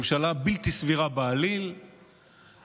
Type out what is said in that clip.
ממשלה בלתי סבירה בעליל מחזירה